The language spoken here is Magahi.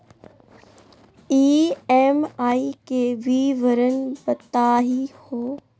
ई.एम.आई के विवरण बताही हो?